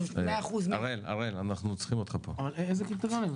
100% --- איזה קריטריונים?